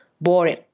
boring